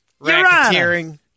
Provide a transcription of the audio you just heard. racketeering